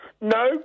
No